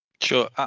sure